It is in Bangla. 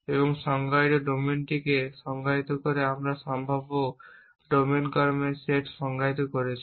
এবং সংজ্ঞায়িত ডোমেনটিকে সংজ্ঞায়িত করে আমরা সম্ভাব্য ডোমেনের কর্মের সেটটি সংজ্ঞায়িত করেছি